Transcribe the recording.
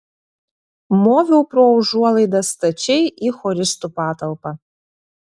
moviau pro užuolaidą stačiai į choristų patalpą